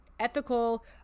ethical